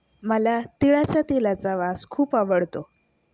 मला तिळाच्या तेलाचा वास खूप आवडतो